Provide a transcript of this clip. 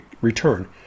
return